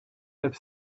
have